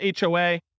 HOA